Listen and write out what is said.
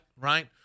right